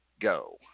go